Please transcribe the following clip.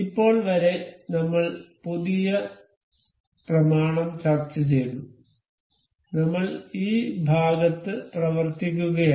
ഇപ്പോൾ വരെ നമ്മൾ പുതിയ പ്രമാണം ചർച്ചചെയ്തു നമ്മൾ ഈ ഭാഗത്ത് പ്രവർത്തിക്കുകയായിരുന്നു